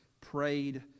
prayed